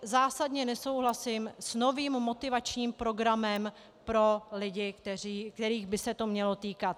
Zásadně nesouhlasím s novým motivačním programem pro lidi, kterých by se to mělo týkat.